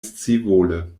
scivole